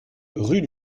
rue